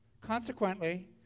Consequently